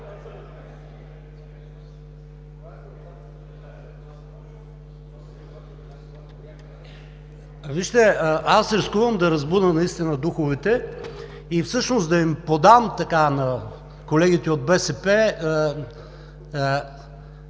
Вижте, аз рискувам да разбуня наистина духовете и всъщност да им подам на колегите от БСП,